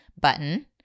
button